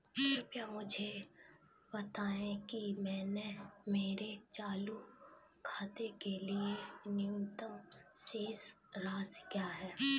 कृपया मुझे बताएं कि मेरे चालू खाते के लिए न्यूनतम शेष राशि क्या है?